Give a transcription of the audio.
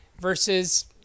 versus